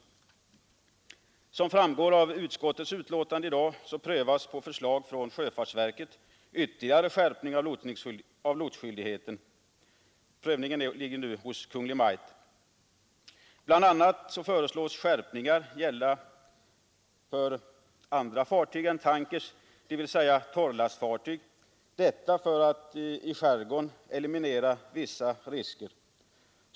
Som framgår av utskottets betänkande i dag föreslås av sjöfartsverket en ytterligare skärpning av lotsskyldigheten; den frågan prövas nu av Kungl. Maj:t. Bl. a. föreslås skärpningen gälla för andra fartyg än tankers, dvs. torrlastfartyg, detta för att i skärgården eliminera vissa risker.